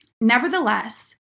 nevertheless